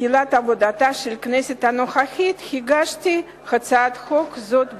תחילת עבודתה של הכנסת הנוכחית הגשתי הצעת חוק זאת שנית.